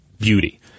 beauty